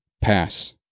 pass